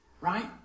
right